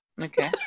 Okay